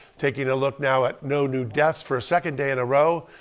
taking a look now at no new deaths for a second day in a row.